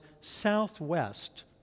southwest